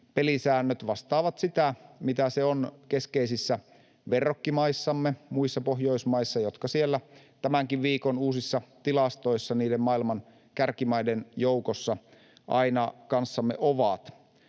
pelisäännöt vastaavat sitä, mitä ne ovat keskeisissä verrokkimaissamme, muissa Pohjoismaissa, jotka tämänkin viikon uusissa tilastoissa maailman kärkimaiden joukossa aina kanssamme ovat.